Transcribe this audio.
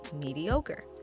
mediocre